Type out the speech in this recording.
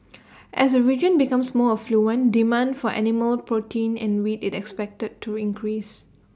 as the region becomes more affluent demand for animal protein and wheat is expected to increase